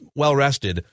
well-rested